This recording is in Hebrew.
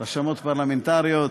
רשמות פרלמנטריות,